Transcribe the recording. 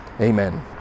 Amen